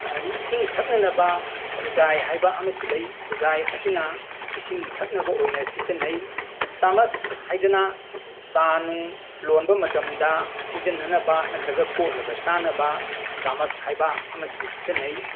ꯑꯗꯩ ꯏꯁꯤꯡ ꯊꯛꯅꯅꯕ ꯈꯨꯖꯥꯏ ꯍꯥꯏꯕ ꯑꯃꯁꯨ ꯂꯩ ꯈꯨꯖꯥꯏ ꯑꯁꯤꯅ ꯏꯁꯤꯡ ꯊꯛꯅꯕ ꯑꯣꯏꯅ ꯁꯤꯖꯤꯟꯅꯩ ꯆꯥꯃꯁ ꯍꯥꯏꯗꯨꯅ ꯆꯥ ꯅꯨꯡ ꯂꯣꯟꯕ ꯃꯇꯝꯗ ꯁꯤꯖꯟꯅꯅꯕ ꯅꯠꯇ꯭ꯔꯒ ꯀꯣꯠꯂꯒ ꯆꯥꯅꯕ ꯆꯥꯃꯁ ꯍꯥꯏꯕ ꯑꯃꯁꯨ ꯁꯤꯖꯤꯟꯅꯩ